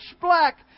black